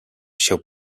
się